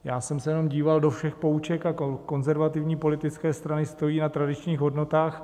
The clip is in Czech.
Já jsem se jenom díval do všech pouček a konzervativní politické strany stojí na tradičních hodnotách.